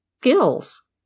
skills